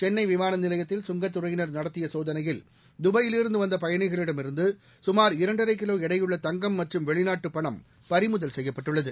சென்னை விமான நிலையத்தில் சுங்கத்துறையினர் நடத்திய சோதனையில் தபாயிலிருந்து வந்த பயனிகளிடமிருந்து கமார் இரண்டரை கிலோ எடையுள்ள தங்கம் மற்றும் வெளிநாட்டு பணம் பறிமுதல் செய்யப்பட்டுள்ளது